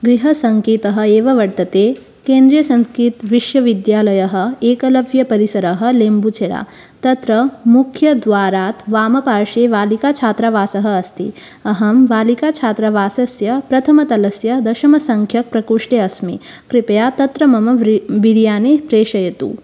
गृहसङ्केतः एव वर्तते केन्द्रीयसंस्कृतविश्वविद्यालयः एकलव्यपरिसरः लेम्बुचेरा तत्र मुख्यद्वारात् वामपार्श्वे बालिकाछात्रावासः अस्ति अहं बालिकाछात्रावासस्य प्रथमतलस्य दशमसङ्ख्याप्रकोष्ठे अस्मि कृपया तत्र मम बिरियानि प्रेषयतु